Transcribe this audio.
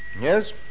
Yes